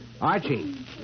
Archie